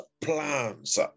plans